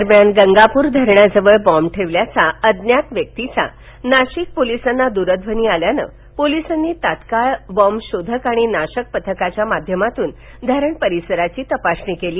दरम्यानगंगापूर धरणाजवळ बॉम्ब ठेवल्याचा अज्ञात व्यक्तीचा नाशिक पोलिसांना दूरध्वनी आल्यानं पोलिसांनी तात्काळ बॉम्ब शोधक आणि नाशक पथकाच्या माध्यमातून धरण परिसराची तपासणी केली